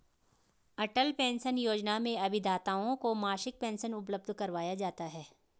अटल pension Yojana में अभिदाताओं को मासिक पेंशन उपलब्ध कराया जाता है